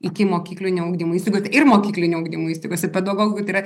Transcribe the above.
ikimokyklinio ugdymo įstaigose ir mokyklinio ugdymo įstaigose pedagogui tai yra